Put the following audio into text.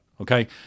okay